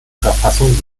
verfassung